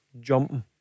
jumping